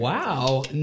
Wow